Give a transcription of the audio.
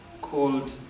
called